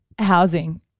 housing